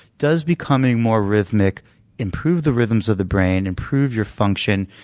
does becoming more rhythmic improve the rhythms of the brain, improve your function,